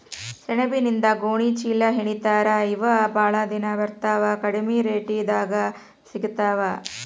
ಸೆಣಬಿನಿಂದ ಗೋಣಿ ಚೇಲಾಹೆಣಿತಾರ ಇವ ಬಾಳ ದಿನಾ ಬರತಾವ ಕಡಮಿ ರೇಟದಾಗ ಸಿಗತಾವ